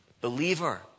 believer